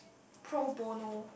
pro bono